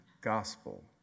gospel